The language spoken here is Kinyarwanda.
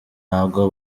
ntabwo